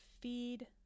Feed